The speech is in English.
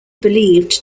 believed